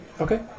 okay